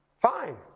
Fine